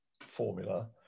formula